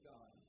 God